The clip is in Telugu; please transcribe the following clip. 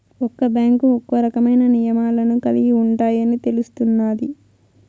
ఒక్క బ్యాంకు ఒక్కో రకమైన నియమాలను కలిగి ఉంటాయని తెలుస్తున్నాది